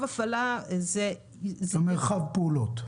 זה מרחב פעולות.